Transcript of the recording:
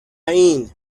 این